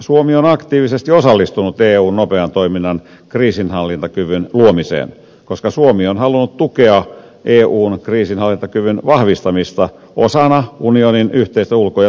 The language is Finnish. suomi on aktiivisesti osallistunut eun nopean toiminnan kriisinhallintakyvyn luomiseen koska suomi on halunnut tukea eun kriisinhallintakyvyn vahvistamista osana unionin yhteistä ulko ja turvallisuuspolitiikkaa